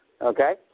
okay